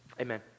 amen